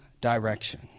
direction